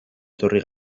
etorri